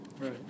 Right